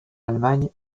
allemagne